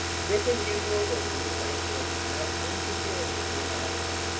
with his usual wisdom, the viceroy did not wound the feelings of the inhabitants,